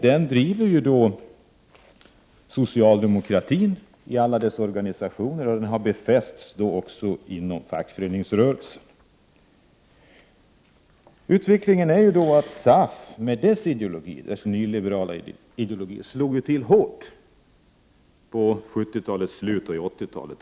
Den driver socialdemokratin i alla dess organisationer — det har befästs också inom fackföreningsrörelsen. SAF med dess nyliberala ideologi slog till hårt i slutet av 70-talet och under 80-talet.